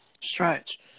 stretch